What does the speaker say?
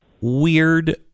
weird